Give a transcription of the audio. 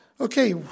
Okay